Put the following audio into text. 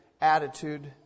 attitude